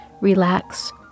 relax